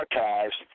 Archives